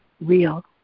real